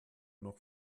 noch